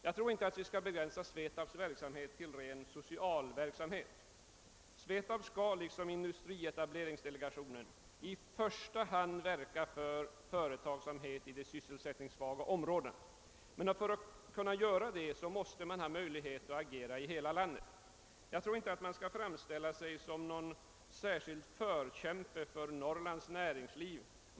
Jag tror inte att vi bör begränsa SVETAB:s verksamhet till rent social sådan. SVETAB skall liksom industrietableringsdelegationen i första hand verka för företagsamhet i de sysselsättningssvaga områdena men för att kunna göra detta måste det finnas möjligheter att agera i hela landet. Inte heller tror jag att de som står bakom reservation 2 skall framställa sig som några speciella förkämpar för Norrlands näringsliv.